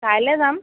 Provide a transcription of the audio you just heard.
কাইলৈ যাম